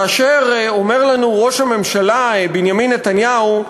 כאשר אומר לנו ראש הממשלה בנימין נתניהו,